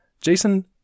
Jason